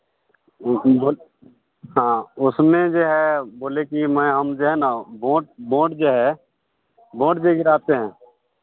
बोल हाँ उसमें जो है बोले कि मैं हम जो हैं ना वोट वोट जो है वोट जो गिराते हैं